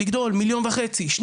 לגדול 1.5 מיליון,